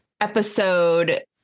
episode